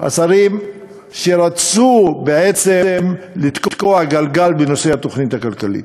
השרים שרצו בעצם לתקוע גלגל בנושא התוכנית הכלכלית.